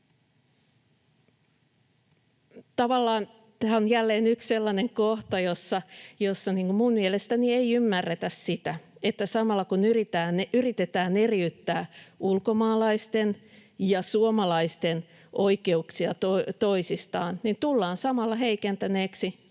tämä on jälleen yksi sellainen kohta, jossa minun mielestäni ei ymmärretä sitä, että samalla kun yritetään eriyttää ulkomaalaisten ja suomalaisten oikeuksia toisistaan, niin tullaan samalla heikentäneeksi